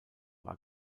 war